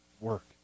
work